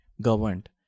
governed